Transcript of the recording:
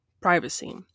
privacy